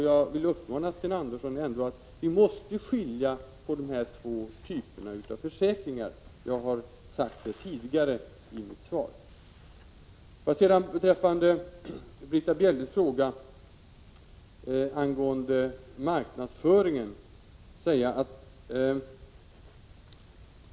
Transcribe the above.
Jag vill säga till Sten Andersson i Malmö att vi måste skilja på de två typer av försäkringar som det här handlar om — det har jag sagt tidigare i interpellationssvaret. Beträffande Britta Bjelles fråga angående marknadsföringen vill jag säga följande.